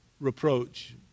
reproach